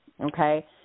okay